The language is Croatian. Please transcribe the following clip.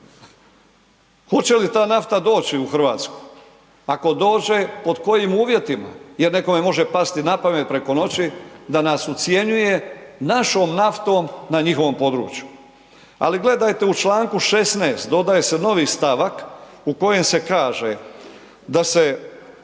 hoće li ta nafta doći u Hrvatsku, ako dođe pod kojim uvjetima, jer nekome može pasti napamet preko noći da nas ucjenjuje našom naftom na njihovom području. Ali gledajte u Članku 16. dodaje se novi stavak u kojem se kaže, da se